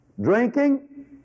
drinking